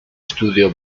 estudio